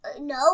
no